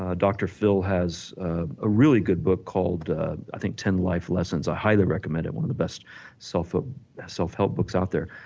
ah dr. phil has a really good book called i think ten life lessons, i highly recommend it, one of the best self ah self help books out there.